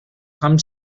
com